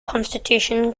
constitution